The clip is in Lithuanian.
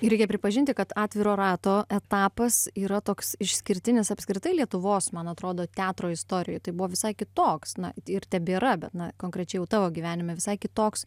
reikia pripažinti kad atviro rato etapas yra toks išskirtinis apskritai lietuvos man atrodo teatro istorijoj tai buvo visai kitoks na ir tebėra bet na konkrečiai jau tavo gyvenime visai kitoks